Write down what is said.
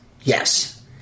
yes